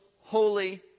holy